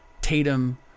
Tatum